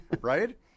right